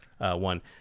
one